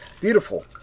Beautiful